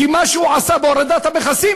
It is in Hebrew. כי מה שהוא עשה בהורדת המכסים,